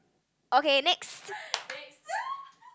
okay next